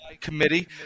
committee